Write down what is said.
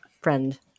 Friend